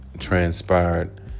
transpired